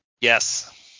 Yes